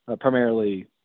primarily